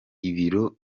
ibiro